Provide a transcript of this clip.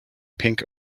pink